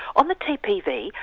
on the tpv,